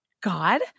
God